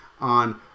on